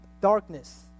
darkness